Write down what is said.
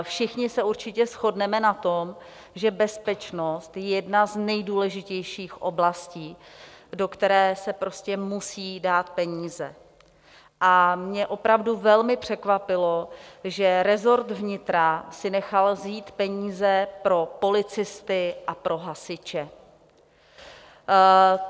Všichni se určitě shodneme na tom, že bezpečnost je jedna z nejdůležitějších oblastí, do které se prostě musí dát peníze, a mě opravdu velmi překvapilo, že resort vnitra si nechal vzít peníze pro policisty a pro hasiče.